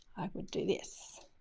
i would do this.